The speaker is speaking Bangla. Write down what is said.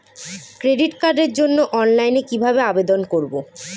ক্রেডিট কার্ডের জন্য অনলাইনে কিভাবে আবেদন করব?